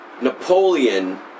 Napoleon